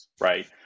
right